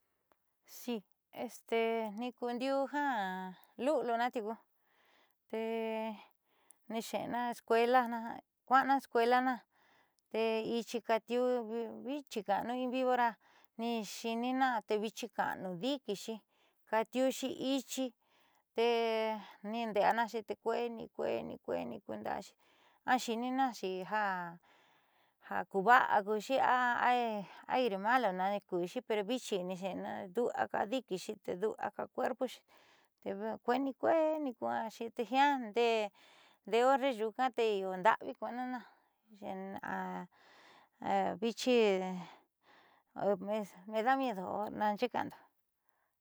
este niikuundiuu ja luliuna tiuku tee xe'ena escuela kua'ana escuelana tee ichi kaatiu viichi ka'anu in vivora niixi'inina te vichi ka'anu diikixi kaatiuxi ichi teniinde'eanaxi te'e kue'eni, kue'eni, kue'eni kuunda'axi axiininaxi ja kuva'a kuuxi a aire malo naajkuuxi pe viichi niixe'enuuxi du'ua kaa dikixi du'ua kaa cuerpoxi tee kueeni. kueeni kua'axi teejia'a ndeé horre nyuuka teende'e nda'avi kuu anuna me da miedo o naanxee ka'ando.